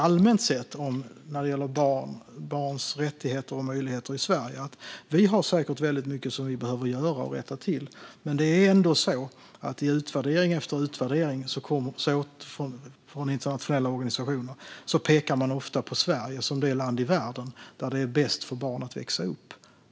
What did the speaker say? Allmänt sett när det gäller barns rättigheter och möjligheter i Sverige kan jag säga att vi säkert har mycket som vi behöver göra och rätta till, men det är ändå så att i utvärdering efter utvärdering från internationella organisationer pekas Sverige ofta ut som det land i världen där det är bäst för barn att växa upp.